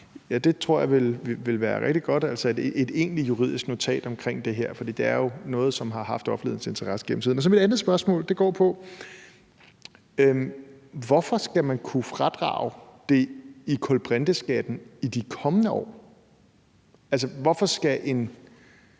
Det tror jeg vil være rigtig godt, altså at vi kan få et egentligt juridisk notat om det her. For det er jo noget, der har haft offentlighedens interesse igennem tiden. Mit andet spørgsmål går på, hvorfor man skal kunne fradrage det i kulbrinteskatten i de kommende år. Altså, hvorfor skal en